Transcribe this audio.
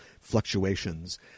fluctuations